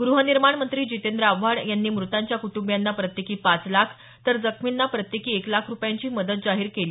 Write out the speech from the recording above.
ग्रहनिर्माण मंत्री जितेंद्र आव्हाड यांनी मृतांच्या कुटुंबियांना प्रत्येकी पाच लाख तर जखमींना प्रत्येकी एक लाख रुपयांची मदत जाहीर केली